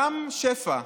רם שפע,